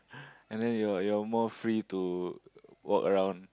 and then you're you're more free to walk around